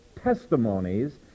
testimonies